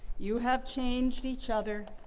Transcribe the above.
you have changed each other,